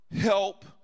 help